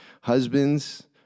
Husbands